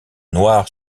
noire